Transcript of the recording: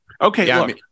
okay